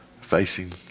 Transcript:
facing